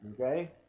Okay